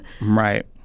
Right